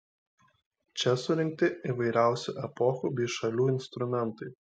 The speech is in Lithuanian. čia surinkti įvairiausių epochų bei šalių instrumentai